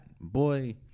boy